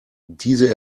diese